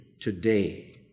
today